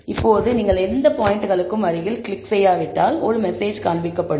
இப்போது நீங்கள் எந்த பாயிண்ட்களுக்கும் அருகில் கிளிக் செய்யாவிட்டால் ஒரு மெஸேஜ் காண்பிக்கப்படும்